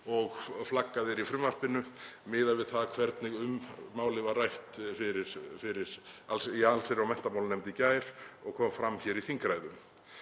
og flaggað er í frumvarpinu miðað við hvernig um málið var rætt í allsherjar- og menntamálanefnd í gær og kom fram hér í þingræðu.